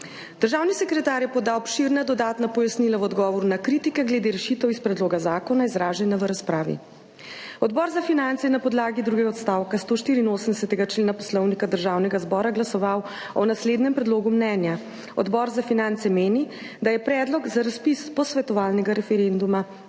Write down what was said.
Državni sekretar je podal obširna dodatna pojasnila v odgovoru na kritike glede rešitev iz predloga zakona izražena v razpravi. Odbor za finance je na podlagi drugega odstavka 184. člena Poslovnika Državnega zbora glasoval o naslednjem predlogu mnenja: Odbor za finance meni, da je predlog za razpis posvetovalnega referenduma